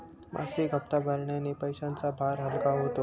मासिक हप्ता भरण्याने पैशांचा भार हलका होतो